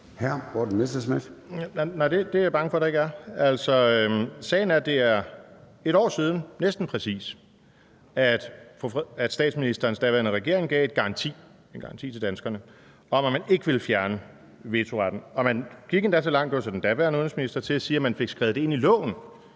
Morten Messerschmidt (DF): Nej, det er jeg bange for at der ikke er. Sagen er, at det er 1 år siden, næsten præcis, at statsministerens daværende regering gav en garanti til danskerne om, at man ikke ville fjerne vetoretten. Man gik endda så langt – det var så den daværende udenrigsminister – at man sagde, at man fik skrevet det ind i loven,